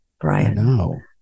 Brian